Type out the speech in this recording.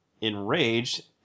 enraged